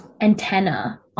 antenna